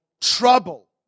trouble